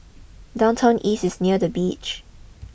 downtown East is near the beach